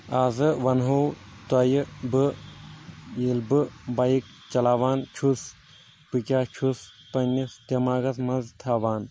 آزٕ ونہو تۄہہِ بہٕ ییٚلہِ بہٕ بایِک چلاوان چھُس بہٕ کیاہ چھُس پننِس دٮ۪ماغس منٛز تھاوان